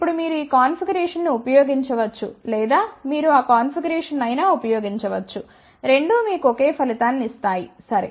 ఇప్పుడు మీరు ఈ కాన్ఫిగరేషన్ను ఉపయోగించవచ్చు లేదా మీరు ఆ కాన్ఫిగరేషన్ను అయినా ఉపయోగించవచ్చు రెండూ మీకు ఒకే ఫలితాన్ని ఇస్తాయి సరే